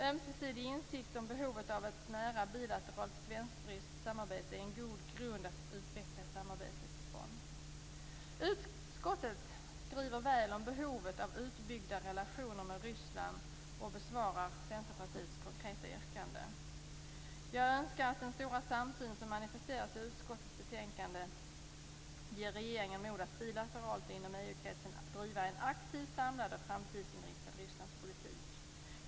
Ömsesidig insikt om behovet av ett nära bilateralt svensk-ryskt samarbete är en god grund att utveckla samarbetet från. Utskottet skriver väl om behovet av utbyggda relationer med Ryssland och besvarar centerpartiets konkreta yrkande. Jag önskar att den stora samsyn som manifesteras i utskottets betänkande ger regeringen mod att bilateralt inom EU-kretsen driva en aktiv, samlad och framtidsinriktad Rysslandspolitik.